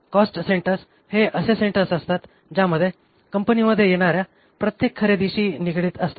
cost centres हे असे centres असतात ज्यामध्ये कंपनीमध्ये येणाऱ्या प्रत्येक खरेदीशी निगडीत असतात